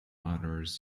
others